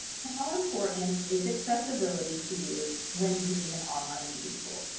how important is accessibility to you when using an online meeting tool?